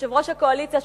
ויושב-ראש הקואליציה,